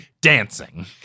dancing